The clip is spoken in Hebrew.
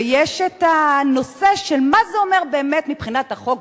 ויש הנושא של מה זה אומר באמת מבחינת החוק,